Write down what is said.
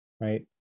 right